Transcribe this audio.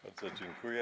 Bardzo dziękuję.